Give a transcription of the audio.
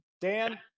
Dan